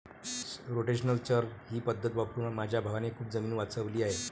rotational चर ही पद्धत वापरून माझ्या भावाने खूप जमीन वाचवली आहे